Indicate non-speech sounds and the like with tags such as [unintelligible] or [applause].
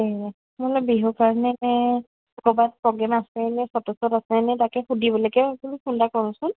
এই [unintelligible] বিহুৰ কাৰণে নে ক'ৰবাত প্ৰ'গ্ৰেম আছে নে ফটো শ্বুট আছে নে তাকে সুধিবলৈকে বোলো ফোন এটা কৰোঁচোন